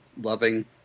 loving